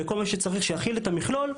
לכל מה שצריך שיכיל את המכלול,